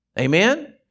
Amen